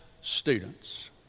students